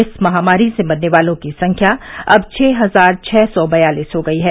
इस महामारी से मरने वालों की संख्या अब छः हजार छः सौ बयालीस हो गई हैं